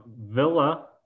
Villa